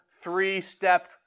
three-step